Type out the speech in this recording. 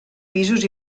pisos